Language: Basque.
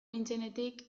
nintzenetik